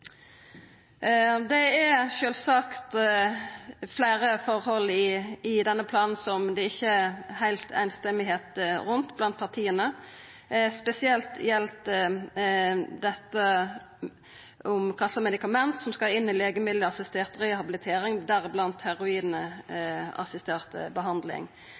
Det er sjølvsagt fleire forhold i denne planen der ikkje partia er heilt samrøystes, spesielt når det gjeld kva slags medikament som skal inn i legemiddelassistert rehabilitering, deriblant heroinassistert behandling.